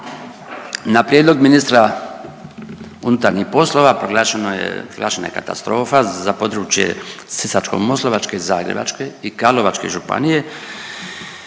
Na prijedlog ministra unutarnjih poslova proglašeno je, proglašena je katastrofa za područje Sisačko-moslavačke, Zagrebačke i Karlovačke županije